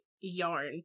yarn